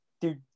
dude